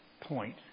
point